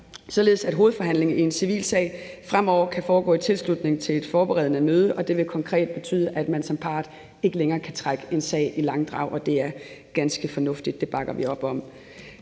således at hovedforhandlingen i en civil sag fremover kan foregå i tilslutning til et forberedende møde. Det vil konkret betyde, at man som part ikke længere kan trække en sag i langdrag, og det er ganske fornuftigt; det bakker vi op om.